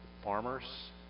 Farmers